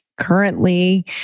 currently